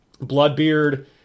Bloodbeard